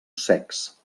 secs